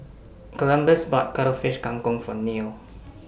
Columbus bought Cuttlefish Kang Kong For Neil